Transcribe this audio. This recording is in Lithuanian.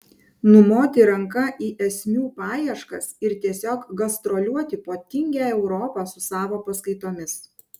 numoti ranka į esmių paieškas ir tiesiog gastroliuoti po tingią europą su savo paskaitomis